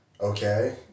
okay